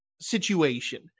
situation